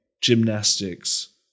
Gymnastics